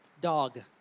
Dog